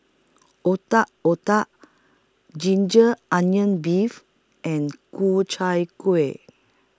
Otak Otak Ginger Onions Beef and Ku Chai Kuih